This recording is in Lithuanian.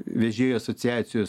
vežėjų asociacijos